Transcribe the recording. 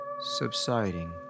subsiding